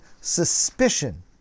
suspicion